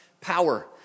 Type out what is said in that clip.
power